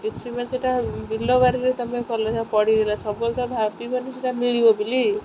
କିଛି ମାନେ ସେଟା ବିଲ ବାରିରେ ତମେ କଲେ ପଡ଼ିଗଲା ସବୁବେଳେ ତ ଭାବିବନି ସେଟା ମିଳିବ ବୋଲି